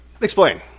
Explain